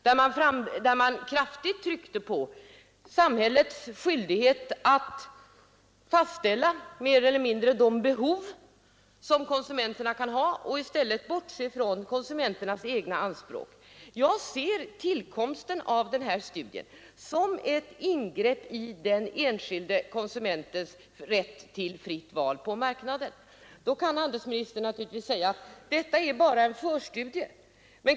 Där tryckte man kraftigt på samhällets skyldighet att mer eller mindre fastställa de behov som konsumenterna kan ha och i stället bortse från konsumenternas egna anspråk. Jag ser tillkomsten av den här studien som ett ingrepp i den enskilde konsumentens rätt till fritt val på marknaden. Nu kan handelsministern naturligtvis invända att detta bara är en förstudie.